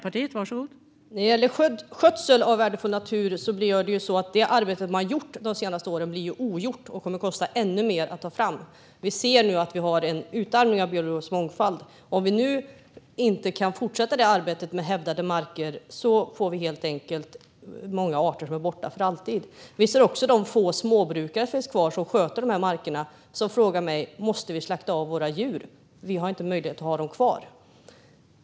Fru talman! När det gäller skötsel av värdefull natur är det så att det arbete man gjort de senaste åren blir ogjort och kommer att kosta ännu mer att göra om. Vi ser nu en utarmning av den biologiska mångfalden, och om vi inte kan fortsätta arbetet med hävdade marker kommer många arter helt enkelt att vara borta för alltid. Jag får också frågor från de få småbrukare som finns kvar och som sköter markerna om de måste slakta av sina djur eftersom de inte har möjlighet att ha dem kvar.